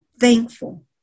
thankful